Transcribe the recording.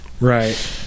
Right